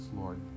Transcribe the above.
Lord